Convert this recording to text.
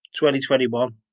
2021